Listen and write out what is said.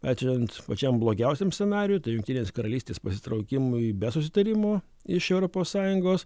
atveriant pačiam blogiausiam scenarijui tai jungtinės karalystės pasitraukimui be susitarimo iš europos sąjungos